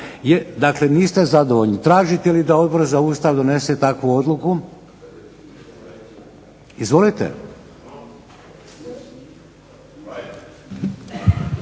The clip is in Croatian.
Dakle niste zadovoljni, tražite li da Odbor za Ustav donese takvu odluku? Izvolite.